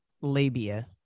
labia